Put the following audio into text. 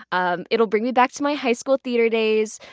um it'll bring me back to my high school theater days,